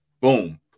boom